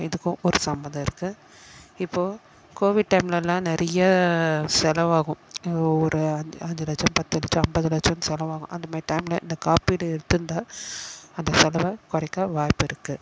இதுக்கும் ஒரு சம்மந்தம் இருக்குது இப்போது கோவிட் டைம்லலாம் நிறைய செலவாகும் ஒரு அஞ்சு அஞ்சு லட்சம் பத்து லட்சம் ஐம்பது லட்சன்னு செலவாகும் அந்தமாதிரி டைம்ல இந்த காப்பீடு எடுத்திருந்தா அந்த செலவை குறைக்க வாய்ப்பிருக்குது